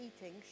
eating